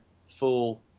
full